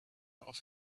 off